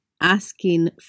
asking